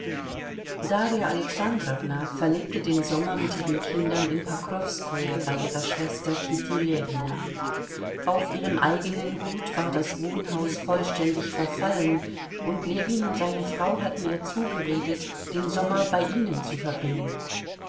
darja alexandrowna verlebte den sommer mit ihren kindern in pokrowskoje bei ihrer schwester kitty ljewina auf ihrem eigenen gut war das wohnhaus vollständig verfallen und ljewin und seine frau hatten ihr zugeredet den sommer bei ihnen zu verbringen